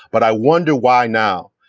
but i wonder why now,